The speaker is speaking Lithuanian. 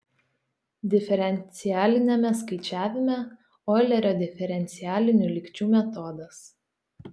diferencialiniame skaičiavime oilerio diferencialinių lygčių metodas